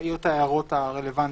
אעיר את ההערות הרלוונטיות,